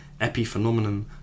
epiphenomenon